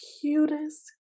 cutest